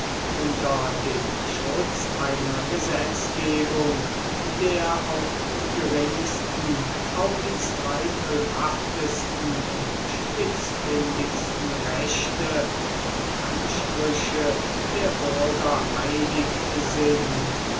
unter dem schutz einer gesetzgebung der auch die geringsten auch die zweifelhaftesten und spitzfündigsten rechte und ansprüche der bürger heilig sind